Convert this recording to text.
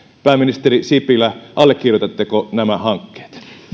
pääministeri sipilä allekirjoitatteko nämä hankkeet